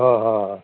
हो हो हो हो